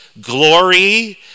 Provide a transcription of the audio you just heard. glory